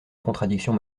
contradiction